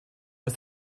ist